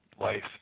life